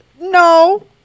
No